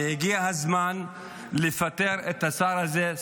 והגיע הזמן לפטר את השר הזה,